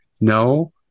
No